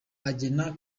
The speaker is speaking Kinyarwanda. agena